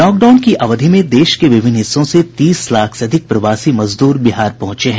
lockdown की अवधि में देश के विभिन्न हिस्सों से तीस लाख से अधिक प्रवासी मजदूर बिहार पहुंचे हैं